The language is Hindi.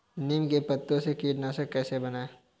नीम के पत्तों से कीटनाशक कैसे बनाएँ?